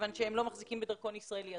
כיוון שהם לא מחזיקים בדרכון ישראלי.